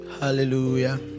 Hallelujah